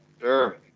Sure